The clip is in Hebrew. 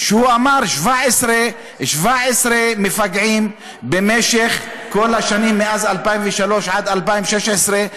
הוא אמר: 17 מפגעים במשך כל השנים מ-2003 עד 2016,